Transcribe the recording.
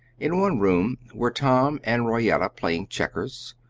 in one room were tom and royetta playing checkers,